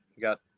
Got